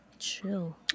chill